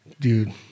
Dude